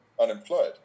Unemployed